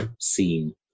scene